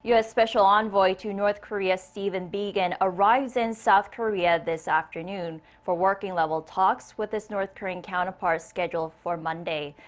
u s. special envoy to north korea stephen biegun. arrives in south korea this afternoon for working-level talks with his north korean counterpart scheduled for monday.